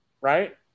right